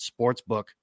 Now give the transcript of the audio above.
sportsbook